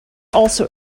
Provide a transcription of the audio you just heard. also